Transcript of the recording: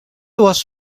was